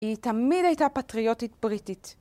היא תמיד הייתה פטריוטית בריטית.